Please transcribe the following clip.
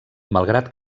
malgrat